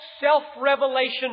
self-revelation